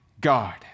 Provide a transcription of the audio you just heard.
God